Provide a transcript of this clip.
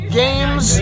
games